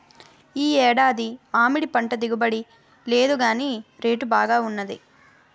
ఈ ఏడాది మామిడిపంట దిగుబడి లేదుగాని రేటు బాగా వున్నది